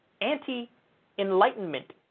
anti-enlightenment